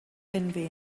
envy